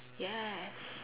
yes